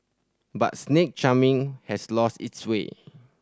but snake charming has lost its sway